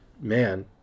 man